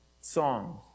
Songs